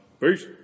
peace